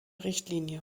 richtlinie